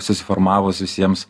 susiformavus visiems